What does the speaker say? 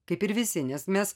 kaip ir visi nes mes